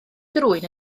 drwyn